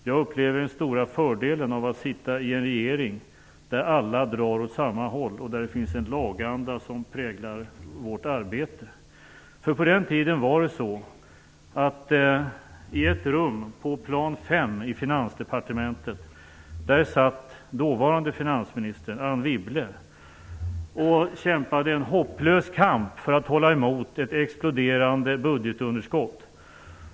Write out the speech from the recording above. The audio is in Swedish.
Jag upplever den stora fördelen av att sitta i en regering där alla drar åt samma håll, och där det finns en laganda som präglar arbetet. På den tiden var det nämligen så att i ett rum på plan fem i Finansdepartementet satt den dåvarande finansministern Anne Wibble och kämpade en hopplös kamp för att hålla emot ett exploderande budgetunderskott.